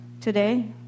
today